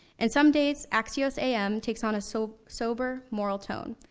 and some days, axios am takes on a so sober moral tone.